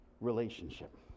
relationship